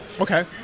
Okay